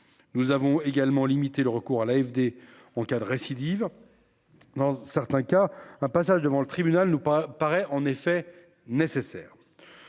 Nous avons également limiter le recours à l'AFD en cas de récidive. Dans certains cas un passage devant le tribunal ou pas paraît en effet nécessaire.